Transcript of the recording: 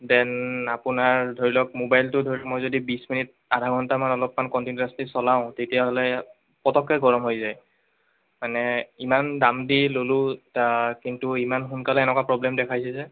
ডেন আপোনাৰ ধৰি লওক ম'বাইলটো ধৰি লওক মই যদি বিছ মিনিট আধা ঘণ্টামান অলপমান কণ্টিনিউৱাচলি চলাওঁ তেতিয়াহ'লে পটককৈ গৰম হৈ যায় মানে ইমান দাম দি ল'লো কিন্তু ইমান সোনকালে এনেকুৱা প্ৰব্লেম দেখাইছে যে